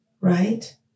right